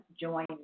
join